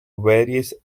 various